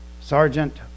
Sergeant